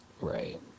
Right